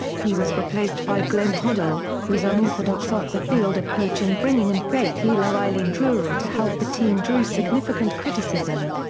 he was replaced by glenn hoddle, whose unorthodox off-the-field approach in bringing in faith healer eileen drewery to help the team drew significant criticism.